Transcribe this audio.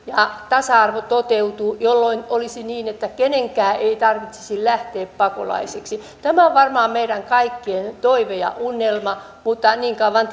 ja tasa arvo toteutuisivat jolloin olisi niin että kenenkään ei tarvitsisi lähteä pakolaiseksi tämä on varmaan meidän kaikkien toive ja unelma mutta niin kauan